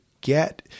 get